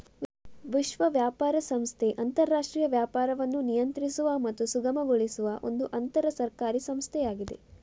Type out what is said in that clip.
ವಿಶ್ವ ವ್ಯಾಪಾರ ಸಂಸ್ಥೆ ಅಂತರಾಷ್ಟ್ರೀಯ ವ್ಯಾಪಾರವನ್ನು ನಿಯಂತ್ರಿಸುವ ಮತ್ತು ಸುಗಮಗೊಳಿಸುವ ಒಂದು ಅಂತರ ಸರ್ಕಾರಿ ಸಂಸ್ಥೆಯಾಗಿದೆ